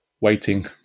waiting